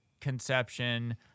conception